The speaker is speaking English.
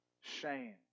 Shame